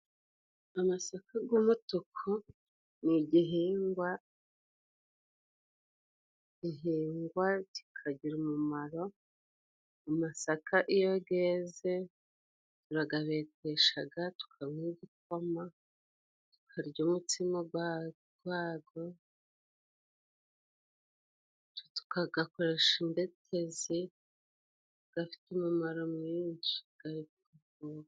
Amasaka g'umutuku ni igihingwa gihingwa kikagira umumaro, amasaka iyo geze, turagabeteshaga tukanywa igikoma, tukarya umutsima gago, tugakoresha imbetezi, gafite umumaro mwinshi.